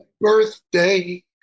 birthday